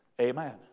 Amen